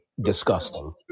disgusting